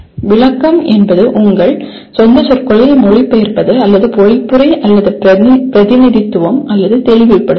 விளக்கம் என்பது உங்கள் சொந்த சொற்களில் மொழிபெயர்ப்பது அல்லது பொழிப்புரை அல்லது பிரதிநிதித்துவம் அல்லது தெளிவுபடுத்துதல்